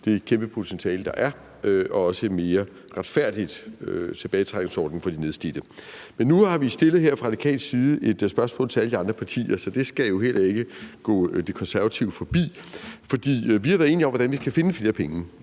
det kæmpe potentiale, der er, og også om en mere retfærdig tilbagetrækningsordning for de nedslidte. Nu har vi fra Radikales side stillet et spørgsmål til alle de andre partier, så det skal heller ikke gå Det Konservative Folkeparti forbi. Vi har været enige om, hvordan vi skal finde flere penge,